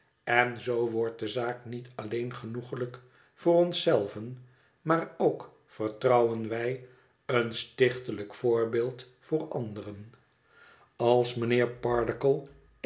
en zoo wordt de zaak niet alleen genoeglijk voor ons zelven maar ook vertrouwen wij een stichtelijk voorbeeld voor anderen als mijnheer